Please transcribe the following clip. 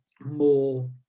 more